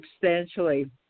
substantially